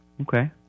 okay